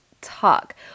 talk